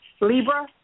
Libra